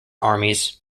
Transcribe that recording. armies